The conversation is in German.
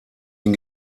den